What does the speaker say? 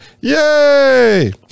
Yay